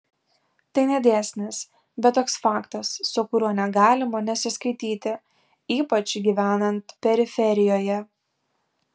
tai ne dėsnis bet toks faktas su kuriuo negalima nesiskaityti ypač gyvenant periferijoje